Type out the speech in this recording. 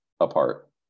apart